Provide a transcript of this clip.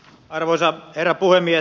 arvoisa herra puhemies